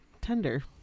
tender